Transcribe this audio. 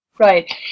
right